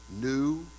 New